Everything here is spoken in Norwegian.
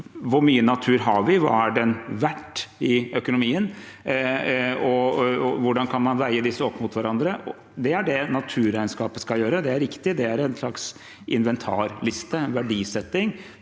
Hvor mye natur har vi? Hva er den verdt i økonomien? Hvordan kan man veie disse opp mot hverandre? Det er det naturregnskapet skal gjøre, det er riktig. Det er en slags inventarliste og verdisetting.